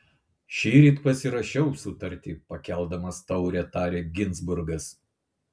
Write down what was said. šįryt pasirašiau sutartį pakeldamas taurę tarė ginzburgas